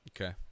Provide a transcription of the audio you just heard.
okay